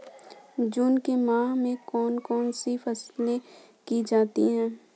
जून के माह में कौन कौन सी फसलें की जाती हैं?